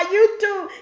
YouTube